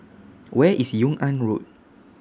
Where IS Yung An Road